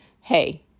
hey